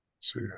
see